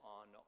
on